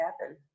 happen